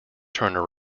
turner